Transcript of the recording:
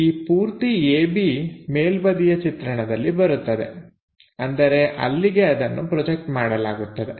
ಈ ಪೂರ್ತಿ AB ಮೇಲ್ಬದಿಯ ಚಿತ್ರಣದಲ್ಲಿ ಬರುತ್ತದೆ ಅಂದರೆ ಅಲ್ಲಿಗೆ ಅದನ್ನು ಪ್ರೊಜೆಕ್ಟ್ ಮಾಡಲಾಗುತ್ತದೆ